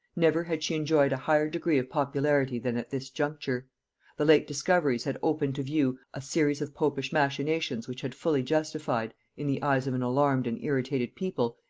never had she enjoyed a higher degree of popularity than at this juncture the late discoveries had opened to view a series of popish machinations which had fully justified, in the eyes of an alarmed and irritated people,